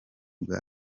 bwa